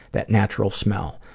that natural smell.